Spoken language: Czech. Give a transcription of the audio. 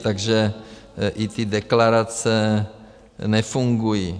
Takže i ty deklarace nefungují.